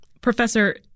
Professor